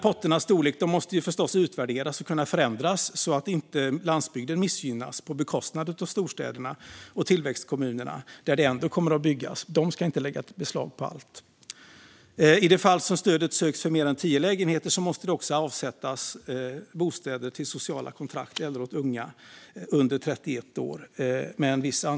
Potternas storlek måste förstås utvärderas och kunna förändras så att inte landsbygden missgynnas till förmån för storstäderna och tillväxtkommunerna där det ändå kommer att kunna byggas. De ska inte lägga beslag på allt. I de fall som stöd söks för mer än tio lägenheter måste det avsättas bostäder, en viss andel små lägenheter, åt sociala kontrakt eller åt unga under 31 år.